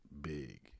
big